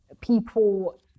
people